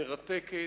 מרתקת.